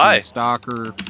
Stalker